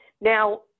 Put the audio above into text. Now